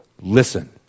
listen